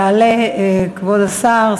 יעלה כבוד השר,